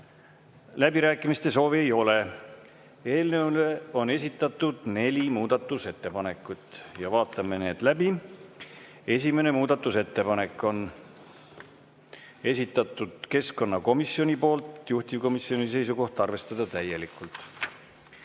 Läbirääkimiste soovi ei ole. Eelnõu kohta on esitatud neli muudatusettepanekut ja vaatame need läbi. Esimene muudatusettepanek, selle on esitanud keskkonnakomisjon, juhtivkomisjoni seisukoht: arvestada täielikult.